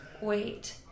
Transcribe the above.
Wait